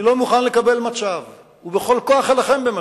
אני לא מוכן לקבל מצב, ובכל כוח אלחם במצב,